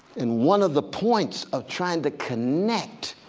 and one of the points of trying to connect.